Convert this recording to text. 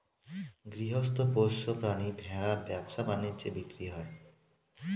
গৃহস্থ পোষ্য প্রাণী ভেড়া ব্যবসা বাণিজ্যে বিক্রি হয়